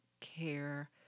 care